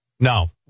No